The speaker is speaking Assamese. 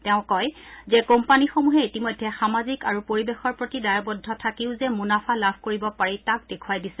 তেওঁ কয় যে কোম্পানীসমূহে ইতিমধ্যে সামাজিক আৰু পৰিৱেশৰ প্ৰতি দায়বদ্ধ থাকিও যে মুনাফা লাভ কৰিব পাৰি তাক দেখুৱাই দিছে